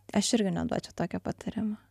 aš irgi neduočiau tokio patariamo